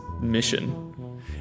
mission